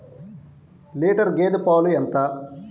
Litre గేదె పాలు ఎంత?